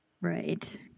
Right